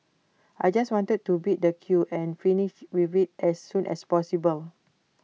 I just wanted to beat the queue and finish with IT as soon as possible